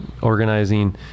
organizing